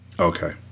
Okay